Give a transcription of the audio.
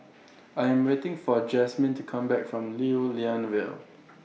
I Am waiting For Jasmin to Come Back from Lew Lian Vale